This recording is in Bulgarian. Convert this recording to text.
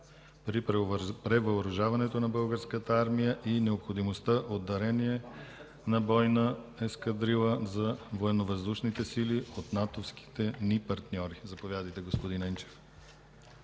при превъоръжаването на Българската армия и необходимостта от дарение на бойна ескадрила за военновъздушните сили от натовските ни партньори. Заповядайте, господин Енчев.